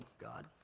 God